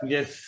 Yes